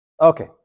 Okay